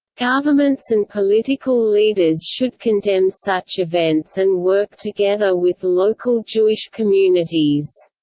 governments and political leaders should condemn such events and work together with local jewish communities.